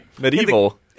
medieval